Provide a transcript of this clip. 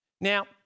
Now